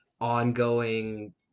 ongoing